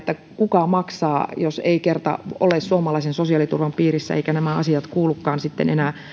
kuka maksaa jos ei kerta ole suomalaisen sosiaaliturvan piirissä eivätkä nämä asiat kuulukaan sitten enää